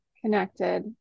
connected